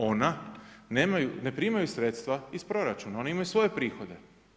Ona ne primaju sredstva iz proračuna, one imaju svoje prihode.